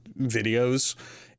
videos